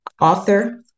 author